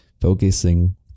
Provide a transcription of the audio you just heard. focusing